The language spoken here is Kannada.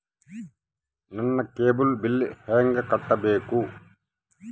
ನನ್ನ ಕೇಬಲ್ ಬಿಲ್ ಹೆಂಗ ಕಟ್ಟಬೇಕು?